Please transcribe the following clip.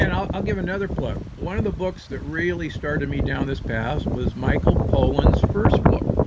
and i'll i'll give another plug. one of the books that really started me down this path was michael pollan's first book.